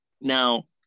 now